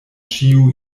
ĉiu